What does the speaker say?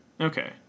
Okay